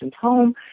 home